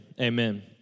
amen